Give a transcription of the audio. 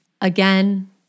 Again